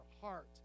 heart